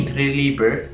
reliever